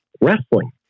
wrestling